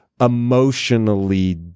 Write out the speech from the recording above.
emotionally